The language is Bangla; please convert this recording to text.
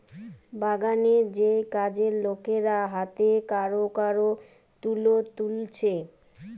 বাগানের যেই কাজের লোকেরা হাতে কোরে কোরে তুলো তুলছে